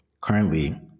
Currently